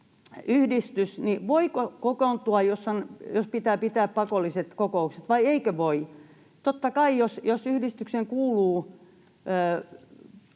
yhdistys, niin voiko kokoontua, jos pitää pitää pakolliset kokoukset, vai eikö voi. Jos yhdistykseen kuuluu